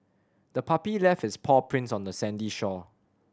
the puppy left its paw prints on the sandy shore